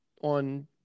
on